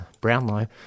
Brownlow